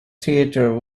theatre